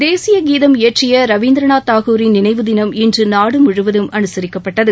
தேசிய கீதத்தை இயற்றிய ரவீந்திரநாத் தாகூரிள் நினைவு தினம் இன்று நாடு முழுவதும் அனுசரிக்கப்பட்டது